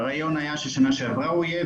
הרעיון היה ששנה שעברה הוא יהיה,